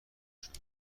شود